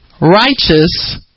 righteous